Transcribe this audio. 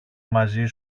μαζί